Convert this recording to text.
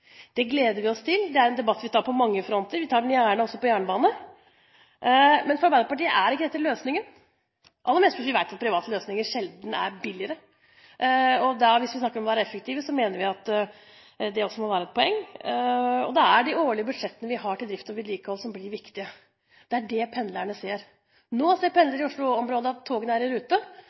Det gleder vi oss til. Det er en debatt vi tar på mange fronter, vi tar den gjerne også på jernbanefronten. Men for Arbeiderpartiet er ikke dette løsningen, aller mest fordi vi vet at private løsninger sjelden er billigere. Hvis det er snakk om å være effektiv, mener vi at også det må være et poeng. Det er de årlige budsjettene vi har til drift og vedlikehold, som blir viktige. Det er det pendlerne ser. Nå ser pendlere i Oslo-området at togene